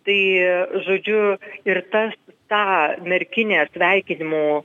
tai žodžiu ir tas tą merkinę sveikinimų